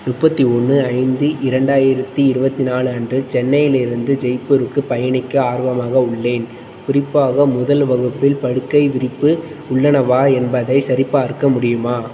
முப்பத்தி ஒன்று ஐந்து இரண்டாயிரத்தி இருபத்து நாலு அன்று சென்னையிலிருந்து ஜெய்ப்பூருக்கு பயணிக்க ஆர்வமாக உள்ளேன் குறிப்பாக முதல் வகுப்பில் படுக்கை விரிப்பு உள்ளனவா என்பதைச் சரிபார்க்க முடியுமா